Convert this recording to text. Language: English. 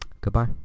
Goodbye